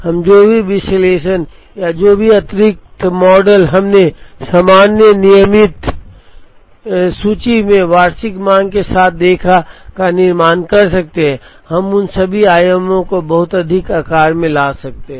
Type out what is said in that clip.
हम जो भी विश्लेषण या जो भी अतिरिक्त मॉडल हमने सामान्य नियमित सूची में वार्षिक मांग के साथ देखा का निर्माण कर सकते हैं हम उन सभी आयामों को बहुत अधिक आकार में ला सकते हैं